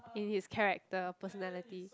in his character personality